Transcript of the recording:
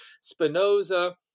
Spinoza